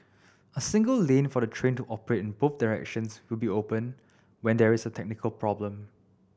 a single lane for the train to operate in both directions will be open when there is a technical problem